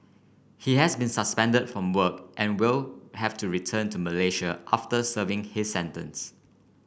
he has been suspended from work and will have to return to Malaysia after serving his sentence